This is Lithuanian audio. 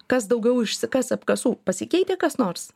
kas daugiau išsikas apkasų pasikeitė kas nors